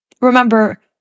Remember